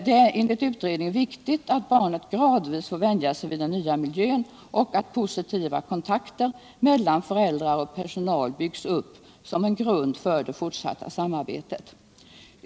Det är enligt utredningen viktigt att barnet gradvis får vänja sig vid den nya miljön och att positiva kontakter mellan föräldrar och personal byggs upp som en grund för det fortsatta samarbetet.